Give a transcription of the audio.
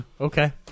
Okay